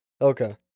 Okay